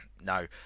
No